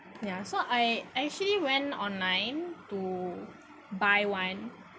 ya so I I actually went online to buy one